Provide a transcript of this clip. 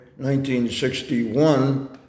1961